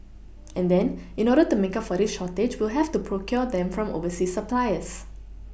and then in order to make up for this shortage we'll have to procure them from overseas suppliers